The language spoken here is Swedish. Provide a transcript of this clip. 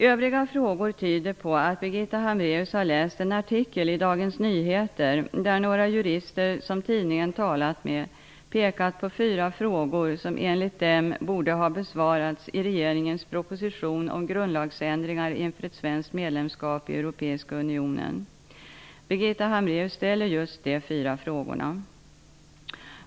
Övriga frågor tyder på att Birgitta Hambraeus har läst i en artikel i Dagens Nyheter, där några jurister som tidningen talat med pekade på fyra frågor, som enligt dem borde ha besvarats i regeringens proposition om grundlagsändringar inför ett svenskt medlemskap i Europeiska unionen. Birgitta Hambraeus ställer just de fyra frågorna.